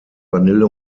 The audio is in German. vanille